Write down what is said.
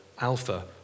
alpha